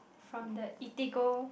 from the Eatigo